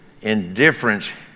indifference